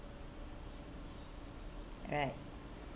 right